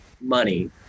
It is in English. money